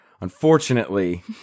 unfortunately